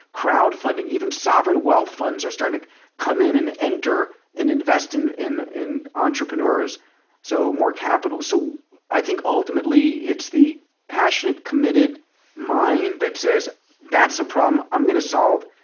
crowdfunding. even sovereign wealth funds are starting to come in and enter and invest in in entrepreneurs so more capital. so i think ultimately it's the passionately committed mind that says that's a problem i'm going to solve.